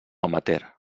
amateur